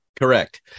Correct